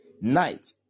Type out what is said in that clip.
night